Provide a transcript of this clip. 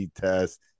test